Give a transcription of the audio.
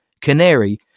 canary